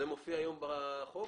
זה מופיע היום בחוק?